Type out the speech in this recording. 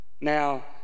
now